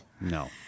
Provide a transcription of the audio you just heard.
No